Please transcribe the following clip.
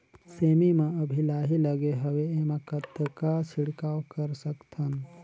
सेमी म अभी लाही लगे हवे एमा कतना छिड़काव कर सकथन?